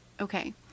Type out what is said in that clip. Okay